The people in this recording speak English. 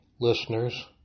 listeners